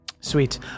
Sweet